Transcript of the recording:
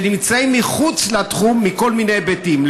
שנמצאים מחוץ לתחום מכל מיני היבטים.